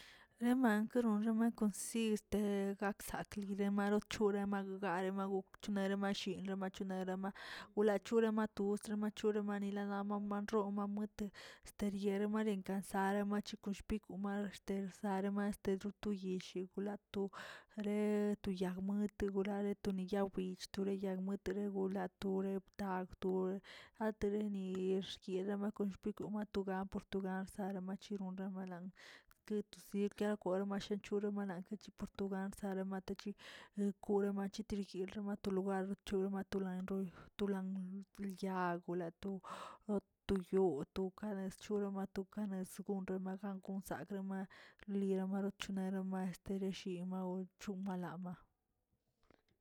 Reman keronxema konsiste gaksake nemaro chore mar gag marema gok cheramasinlə achionerema, wle chura matu estra machure manila namam rolaa ma- mate esterier malenk sare, machekw pikw, mare xte sare, maxte druntuyuw yishi kwlato reto yag mue to yagrad toniya wich, tore nmuetere yoglaa tore bdawt atereni yelema konshpi natoga portugal narmanchiro ronrabalan keto sig yaragwa masahn chure mana chepitoganza rematechi rekore machetri yirlama to logar chulama tonroo, tula nlyag olatu otuyogꞌ tokares chonamatu nezronremagan kon sakrema lira marochona roma estreshi gochumalama.